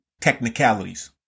technicalities